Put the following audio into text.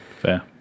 Fair